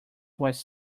was